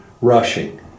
rushing